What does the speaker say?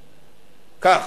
כך,